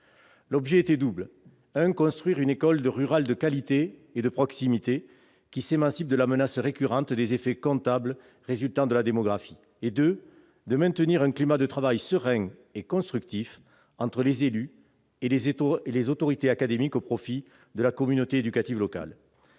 s'agissait de construire une école rurale de qualité et de proximité, qui s'émancipe de la menace récurrente des effets comptables résultant de la démographie. Deuxièmement, il s'agissait de maintenir un climat de travail serein et constructif entre les élus et les autorités académiques, au profit de la communauté éducative locale.